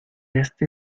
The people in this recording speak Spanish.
este